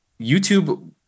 YouTube